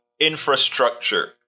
infrastructure